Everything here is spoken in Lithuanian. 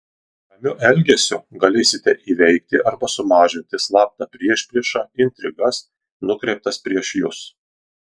ramiu elgesiu galėsite įveikti arba sumažinti slaptą priešpriešą intrigas nukreiptas prieš jus